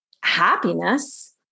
happiness